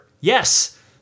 Yes